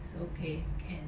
it's okay can